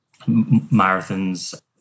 marathons